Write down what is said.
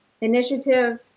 initiative